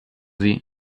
sie